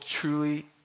truly